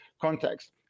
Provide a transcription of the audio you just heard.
context